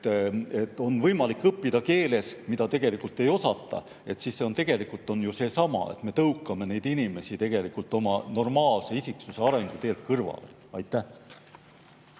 et on võimalik õppida keeles, mida tegelikult ei osata, siis see on tegelikult ju seesama: me tõukame neid inimesi isiksuse normaalse arengu teelt kõrvale. Aitäh